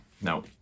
Now